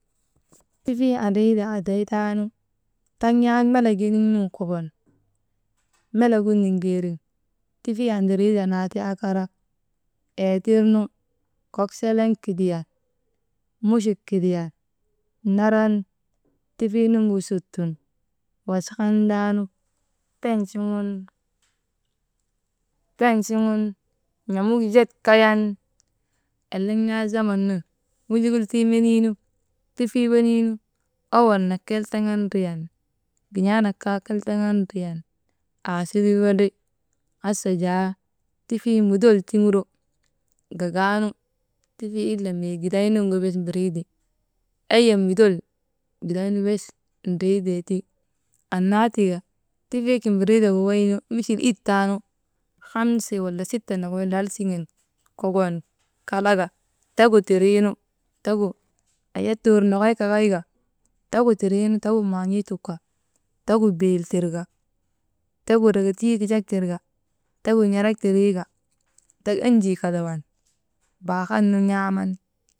Tifii andriitee aday taanu, taŋ yak melek giniŋ nun kokon melegu niŋgeerin, tifii andiriitee naa ti akara ey tirnu kok selem kidiyan, muchit kidiyan, naran tifii nuŋgu sut sun, washan taanu pen̰ suŋun, n̰amut zet kayan eleŋ naa zaman nun munjukultuu meniinu tifii wenii nu owol nak keltaŋan driyan, gin̰aanak kaa kel taŋan driyan, aasuwindri. Hasa jaa tifii model tuŋuro, gagaanu tifii ile mii gideynuŋgu bes mbiriite, eye model kiday nu bes driitee ti. Annati ka tifii kimbidriitee wawaynu misil it taanu hamse, wala site mokoy lal siŋen kokon kalaka tegu tinfriinu, tegu, aye tuur nokoy kakay ka tegu tidriinu tegu maan̰ii tuka, tegu biil tirka, tegu dreketuu kijak tirka, tegu n̰erek tindriika, tek enjii kadawan baahat nun̰aaman.